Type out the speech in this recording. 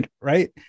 right